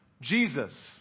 Jesus